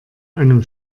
einem